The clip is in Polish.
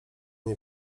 nie